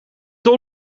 dol